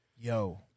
Yo